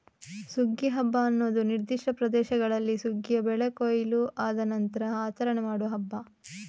ಸುಗ್ಗಿ ಹಬ್ಬ ಅನ್ನುದು ನಿರ್ದಿಷ್ಟ ಪ್ರದೇಶಗಳಲ್ಲಿ ಸುಗ್ಗಿಯ ಬೆಳೆ ಕೊಯ್ಲು ಆದ ನಂತ್ರ ಆಚರಣೆ ಮಾಡುವ ಹಬ್ಬ